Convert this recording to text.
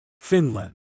Finland